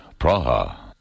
Praha